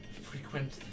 frequent